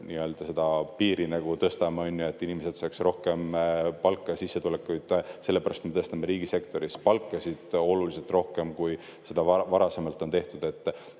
piiri, et inimesed saaksid rohkem palka, sissetulekuid. Sellepärast me tõstame riigisektoris palkasid oluliselt rohkem, kui seda varasemalt on tehtud.